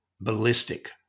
ballistic